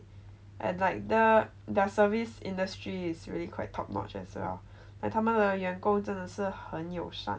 and like the their service industry is really quite top notch as well and 他们的员工真的是很友善